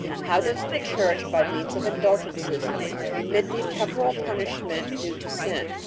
how does the church by means of indulgences remit the temporal punishment due to sin?